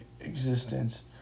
existence